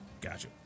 Gotcha